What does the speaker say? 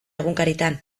egunkaritan